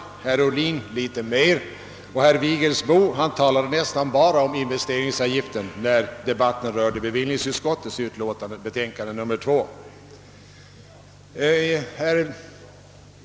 Herr Ohlin har berört den litet mera, men herr Vigelsbo talade nästan enbart om investeringsavgiften, fastän debatten rörde bevillningsutskottets betänkande nr 2.